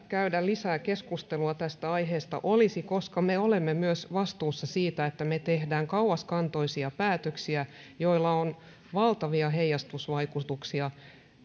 käydä lisää keskustelua tästä aiheesta me olemme myös vastuussa siitä että me teemme kauaskantoisia päätöksiä joilla on valtavia heijastusvaikutuksia